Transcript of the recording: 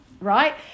right